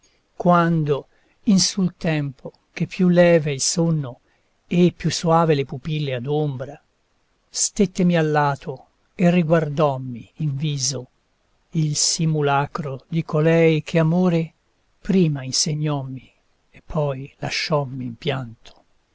quando in sul tempo che più leve il sonno e più soave le pupille adombra stettemi allato e riguardommi in viso il simulacro di colei che amore prima insegnommi e poi lasciommi in pianto